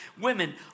women